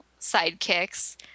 sidekicks